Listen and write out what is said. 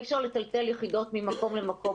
אי אפשר לטלטל יחידות ממקום למקום.